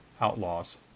outlaws